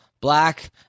Black